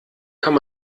kann